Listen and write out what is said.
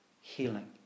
healing